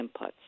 inputs